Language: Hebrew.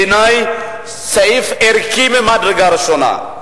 בעיני סעיף ערכי ממדרגה ראשונה.